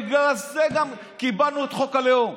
בגלל זה גם קיבלנו את חוק הלאום,